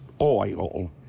oil